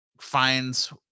finds